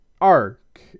arc